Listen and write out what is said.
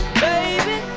baby